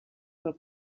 del